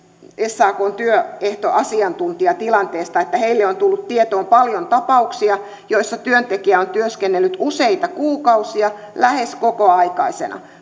sakn työehtoasiantuntija tilanteesta että heille on tullut tietoon paljon tapauksia joissa työntekijä on työskennellyt useita kuukausia lähes kokoaikaisena